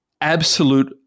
Absolute